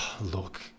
Look